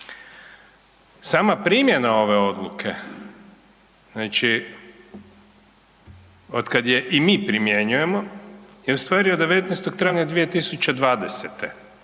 Sama primjena ove Odluke, znači od kad je i mi primjenjujemo je u stvari od 19. travnja 2020.-te,